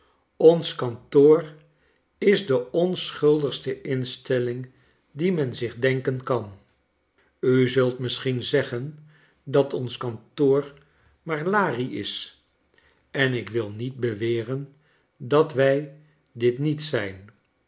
ons kantoor is dc onschuldigste instelling die men zich clenkea kan u zult misschien zeggen dat ons kantoor maar larie is en ik wil niet bewcren dat wij dit niet zijn